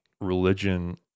religion